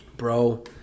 Bro